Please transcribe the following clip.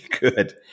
good